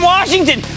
Washington